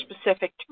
specific